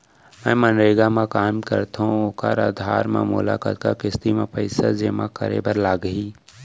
मैं मनरेगा म काम करथो, ओखर आधार म मोला कतना किस्ती म पइसा जेमा करे बर लागही?